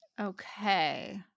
Okay